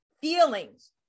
feelings